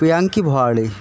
Priyanki Bharali